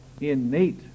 innate